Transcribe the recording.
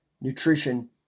nutrition